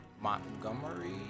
Montgomery